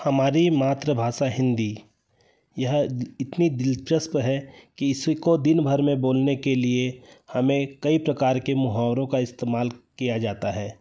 हमारी मातृभाषा हिंदी यह इतनी दिलचस्प है कि किसी को दिन भर में बोलने के लिए हमें कई प्रकार के मुहावरों का इस्तेमाल किया जाता है